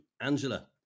angela